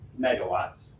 megawatts